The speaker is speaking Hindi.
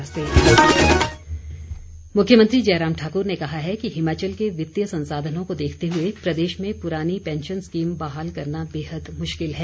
प्रश्नकाल मुख्यमंत्री जयराम ठाक्र ने कहा है कि हिमाचल के वित्तीय संसाधनों को देखते हए प्रदेश में पुरानी पेंशन स्कीम बहाल करना बेहद मुश्किल है